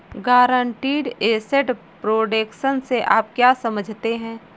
Guaranteed asset protection से आप क्या समझते हैं?